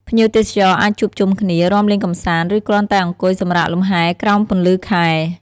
ភ្ញៀវទេសចរអាចជួបជុំគ្នា រាំលេងកម្សាន្ត ឬគ្រាន់តែអង្គុយសម្រាកលំហែក្រោមពន្លឺខែ។